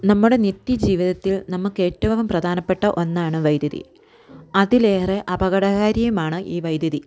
നമ്മുടെ നിത്യജീവിതത്തിൽ നമുക്ക് ഏറ്റവും പ്രധാനപ്പെട്ട ഒന്നാണ് വൈദ്യുതി അതിലേറെ അപകടകാരിയുമാണ് ഈ വൈദ്യുതി